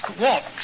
walks